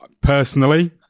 Personally